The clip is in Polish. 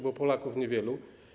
Bo Polaków - niewielu.